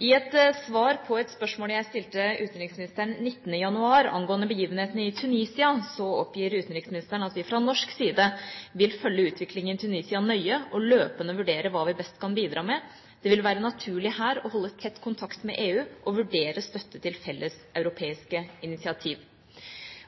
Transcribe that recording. I et svar på et skriftlig spørsmål jeg stilte utenriksministeren 19. januar angående begivenhetene i Tunisia, oppgir utenriksministeren at vi fra norsk side vil «følge utviklingen i Tunisia nøye og løpende vurdere hva vi best kan bidra med. Det vil være naturlig her å holde tett kontakt med EU og vurdere støtte til felleseuropeiske initiativ».